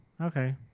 Okay